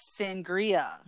Sangria